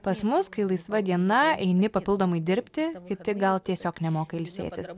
pas mus kai laisva diena eini papildomai dirbti kiti gal tiesiog nemoka ilsėtis